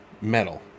metal